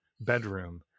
bedroom